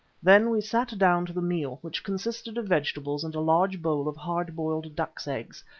then we sat down to the meal, which consisted of vegetables and a large bowl of hard-boiled ducks' eggs,